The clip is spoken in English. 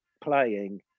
playing